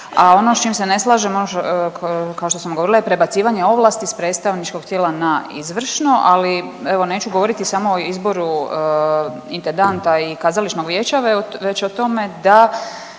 A ono s čim se ne slažemo kao što sam govorila je prebacivanje ovlasti s predstavničkog tijela na izvršno, ali evo neću govoriti samo o izboru intendanta i kazališnog vijeća već o tome da